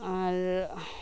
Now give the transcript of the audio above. ᱟᱨ